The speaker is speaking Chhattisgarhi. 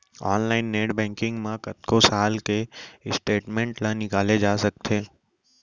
ऑनलाइन नेट बैंकिंग म कतको साल के स्टेटमेंट ल निकाले जा सकत हे